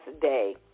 day